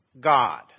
God